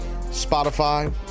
Spotify